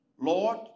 Lord